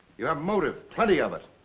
you have motive, plenty of it.